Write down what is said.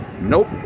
Nope